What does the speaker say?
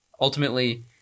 Ultimately